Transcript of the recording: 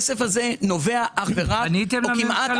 פניתם לממשלה?